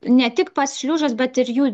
ne tik pats šliužas bet ir jų